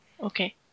Okay